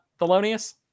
Thelonious